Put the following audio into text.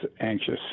anxious